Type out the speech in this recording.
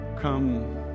Come